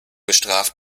bestraft